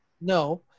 No